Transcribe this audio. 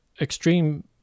extreme